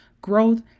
growth